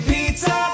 Pizza